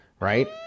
right